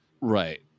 Right